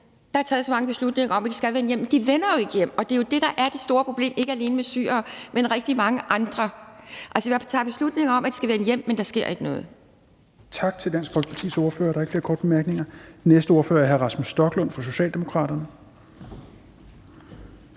der er taget så mange beslutninger om, at de skal vende hjem, for de vender jo ikke hjem, og det er det, der er det store problem – ikke alene med syrere, men også rigtig mange andre. Altså, man tager beslutning om, at de skal vende hjem, men der sker ikke noget.